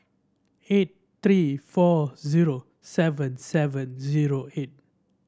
eight three four zero seven seven zero eight